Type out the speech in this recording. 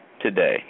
today